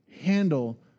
handle